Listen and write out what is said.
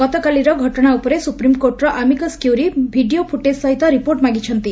ଗତକାଲିର ଘଟଣା ଉପରେ ସୁପ୍ରିମକୋର୍ଟର ଆମିକସ୍ କ୍ୟୁରୀ ଭିଡିଓ ଫ୍ଟେଜ ସହିତ ରିପୋର୍ଟ ମାଗିଛନ୍ତି